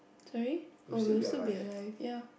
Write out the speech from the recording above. sorry oh we also be live